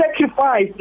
sacrifice